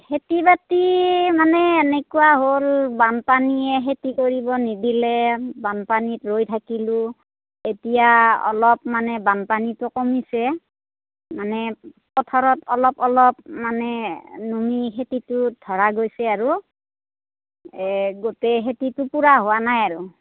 খেতি বাতি মানে এনেকুৱা হ'ল বানপানীয়ে খেতি কৰিব নিদিলে বানপানীত ৰৈ থাকিলোঁ এতিয়া অলপ মানে বানপানীটো কমিছে মানে পথাৰত অলপ অলপ মানে নুনি খেতিটোত ধৰা গৈছে আৰু গোটেই খেতিটো পূৰা হোৱা নাই আৰু